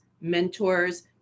mentors